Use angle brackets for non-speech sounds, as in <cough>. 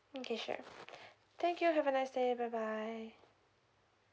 okay sure <breath> thank you have a nice day bye bye